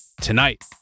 Tonight